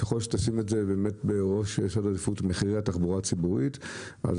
ככל שתשים את מחירי התחבורה הציבורית בראש סדר העדיפויות,